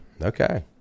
Okay